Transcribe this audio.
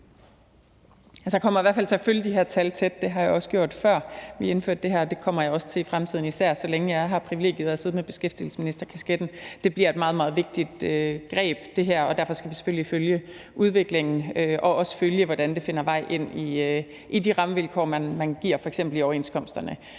jeg kommer i hvert fald til at følge de her tal tæt. Det har jeg også gjort, før vi indførte det her, og det kommer jeg også til i fremtiden, især så længe jeg har det privilegie at sidde med beskæftigelsesministerkasketten. Det her bliver et meget, meget vigtigt greb, og derfor skal vi selvfølgelig følge udviklingen og også følge, hvordan det finder vej ind i de rammevilkår, man giver, f.eks. i overenskomsterne.